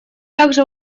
также